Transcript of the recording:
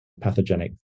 pathogenic